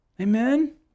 amen